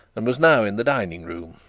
and was now in the dining-room.